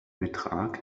betrag